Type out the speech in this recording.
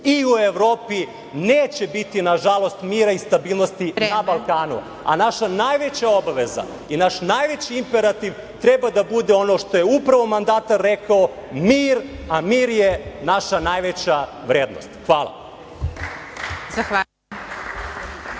i u Evropi neće biti, nažalost, mira i stabilnosti na Balkanu. Naša najveća obaveza i naš najveći imperativ treba da bude ono što je upravo mandatar rekao - mir, a mir je naša najveća vrednost. Hvala.